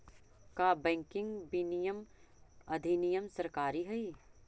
का बैंकिंग विनियमन अधिनियम सरकारी हई?